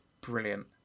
brilliant